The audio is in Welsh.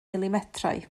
milimetrau